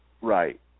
Right